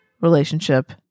relationship